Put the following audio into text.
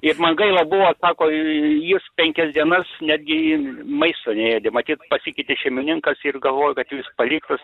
ir man gaila buvo sako jis penkias dienas netgi maisto neėdė matyt pasikeitė šeimininkas ir galvojo kad jau jis paliktas